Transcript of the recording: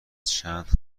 چند